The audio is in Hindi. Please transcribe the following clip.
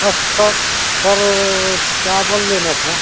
थोड़ा सर थोड़ा चावल लेना था